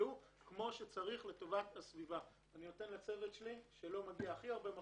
אני נותן לצוות שלי, שלו מגיע הכי הרבה מחמאות,